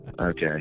okay